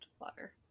water